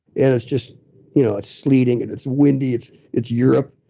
and it's just you know sleeting, and it's windy. it's it's europe,